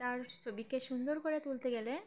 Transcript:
তার ছবিকে সুন্দর করে তুলতে গেলে